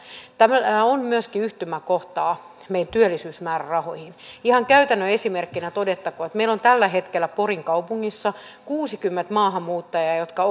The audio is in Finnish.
tällähän on myöskin yhtymäkohtaa meidän työllisyysmäärärahoihin ihan käytännön esimerkkinä todettakoon että meillä on tällä hetkellä porin kaupungissa kuusikymmentä maahanmuuttajaa jotka